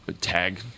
Tag